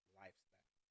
lifestyle